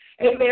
Amen